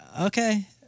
Okay